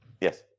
Yes